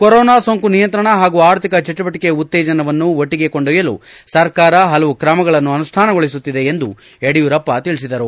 corona ಸೋಂಕು ನಿಯಂತ್ರಣ ಹಾಗೂ ಆರ್ಥಿಕ ಚಟುವಟಿಕೆ ಉತ್ತೇಜನವನ್ನು ಒಟ್ಟಗೆ ಕೊಂಡೊಯ್ಲಲು ಸರ್ಕಾರ ಪಲವು ಕ್ರಮಗಳನ್ನು ಅನುಷ್ಣಾನಗೊಳಿಸುತ್ತಿದೆ ಎಂದು ಯಡಿಯೂರಪ್ಪ ತಿಳಿಸಿದರು